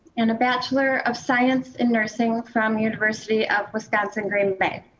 and a bachelor of science in nursing from university of wisconsin, green bay.